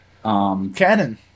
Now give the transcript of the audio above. Canon